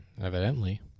Evidently